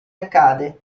accade